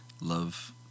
Love